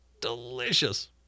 Delicious